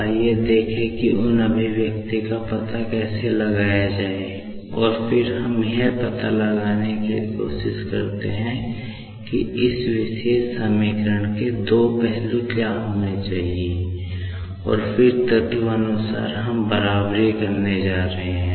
आइए देखें कि उन अभिव्यक्ति का पता कैसे लगाया जाए और फिर हम यह पता लगाने के लिए जा रहे हैं कि इस विशेष समीकरण के दो पहलू क्या होने चाहिए और फिर तत्व अनुसार हम बराबरी करने जा रहे हैं